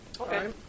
Okay